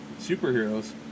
superheroes